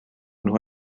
nhw